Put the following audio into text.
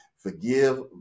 Forgive